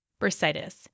Bursitis